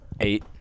Eight